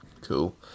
cool